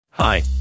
Hi